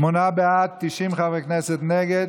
שמונה בעד, 90 חברי כנסת נגד.